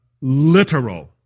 literal